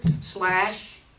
slash